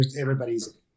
Everybody's